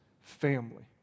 family